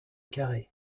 carré